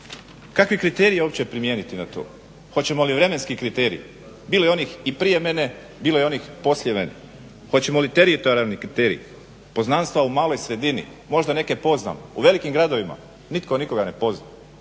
Kakve kriterije uopće primijeniti na to, hoćemo li vremenski kriterij. Bilo je onih i prije mene, bilo je onih poslije mene. Hoćemo li teritorijalni kriterij? Poznanstva u maloj sredini, možda neke poznam, u velikim gradovima nitko nikoga ne pozna